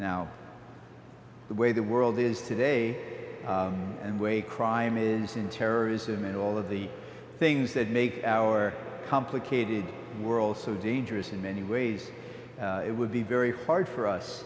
now the way the world is today and way crime is in terrorism and all of the things that make our complicated world so dangerous in many ways it would be very hard for us